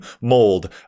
mold